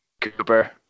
Cooper